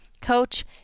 coach